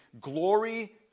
glory